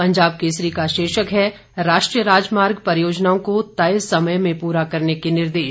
पंजाब केसरी का शीर्षक है राष्ट्रीय राजमार्ग परियोजनाओं को तय समय में पूरा करने के निर्देश